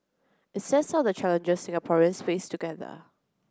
it sets out the challenges Singaporeans face together